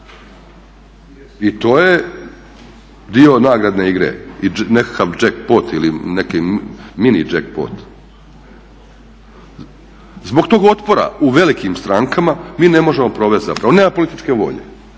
i to je dio nagradne igre i nekakav Jackpot ili nekakav mini Jackpot. Zbog tog otpora u velikim strankama mi ne možemo provesti, nema političke volje